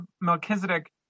melchizedek